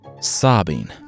sobbing